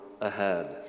ahead